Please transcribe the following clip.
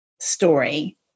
story